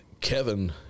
Kevin